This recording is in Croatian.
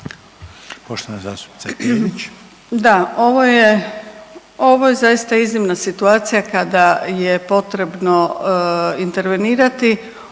Grozdana (HDZ)** Da, ovo je, ovo je zaista iznimna situacija kada je potrebno intervenirati.